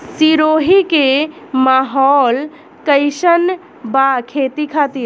सिरोही के माहौल कईसन बा खेती खातिर?